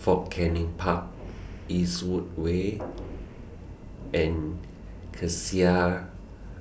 Fort Canning Park Eastwood Way and Cassia